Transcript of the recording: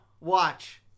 Watch